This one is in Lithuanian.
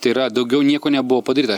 tai yra daugiau nieko nebuvo padaryta